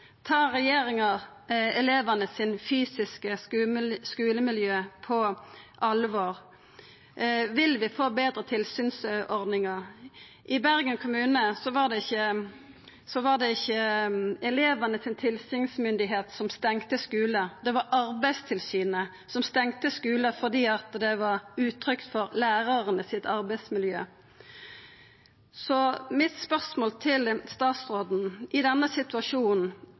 Tar regjeringa elevane sitt fysiske skulemiljø på alvor? Vil vi få betre tilsynsordningar? I Bergen kommune var det ikkje elevane si tilsynsmyndigheit som stengte skular – det var Arbeidstilsynet som stengte skular fordi arbeidsmiljøet til lærarane var utrygt. Så mitt spørsmål til statsråden er: I denne situasjonen,